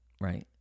Right